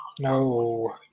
No